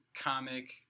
comic